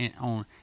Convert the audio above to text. on